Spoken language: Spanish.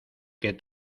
que